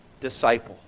disciple